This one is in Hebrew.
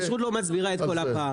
כשרות לא מסביר את כל הפער.